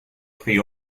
prix